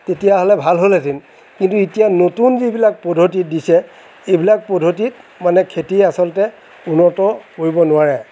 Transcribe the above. তেতিয়া হ'লে ভাল হ'লহেতেন এতিয়া নতুন যিবিলাক পদ্ধতি দিছে এইবিলাক পদ্ধতিত মানে খেতি আচলতে ভুলতো কৰিব নোৱাৰে